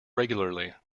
regularly